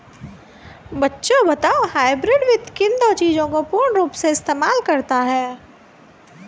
बच्चों बताओ हाइब्रिड वित्त किन दो चीजों का पूर्ण रूप से इस्तेमाल करता है?